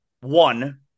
One